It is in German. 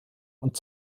und